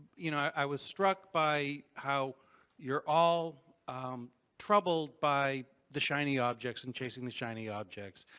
you know, i was struck by how you're all troubled by the shiny objects and chasing the shiny objects,